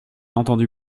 entendu